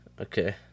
Okay